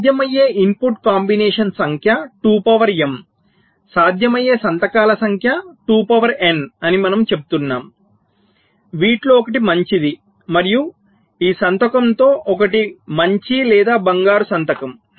సాధ్యమయ్యే ఇన్పుట్ కాంబినేషన్ల సంఖ్య 2 పవర్ m సాధ్యమయ్యే సంతకాల సంఖ్య 2 పవర్ n అని మనము చెబుతున్నాము వీటిలో ఒకటి మంచిది మరియు ఈ సంతకంలో ఒకటి మంచి లేదా బంగారు సంతకం